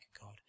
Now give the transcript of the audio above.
God